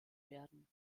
werden